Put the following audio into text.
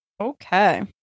Okay